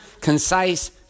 concise